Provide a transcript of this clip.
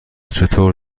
چطور